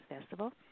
Festival